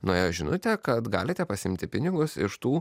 nuėjo žinutė kad galite pasiimti pinigus iš tų